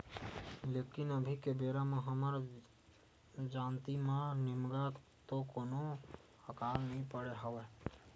लेकिन अभी के बेरा म हमर जानती म निमगा तो कोनो अकाल नइ पड़े हवय